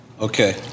Okay